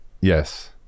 yes